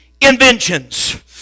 inventions